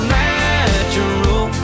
natural